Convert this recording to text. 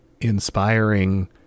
inspiring